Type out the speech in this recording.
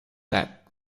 that